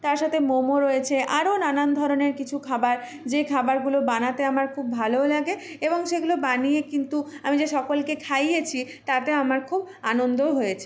তার সাথে মোমো রয়েছে আরও নানান ধরনের কিছু খাবার যে খাবারগুলো বানাতে আমার খুব ভালোও লাগে এবং সেগুলো বানিয়েও কিন্তু আমি যে সকলকে খাইয়েছি তাতেও আমার খুব আনন্দ হয়েছে